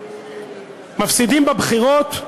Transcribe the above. מפסידים בבחירות,